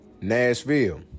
Nashville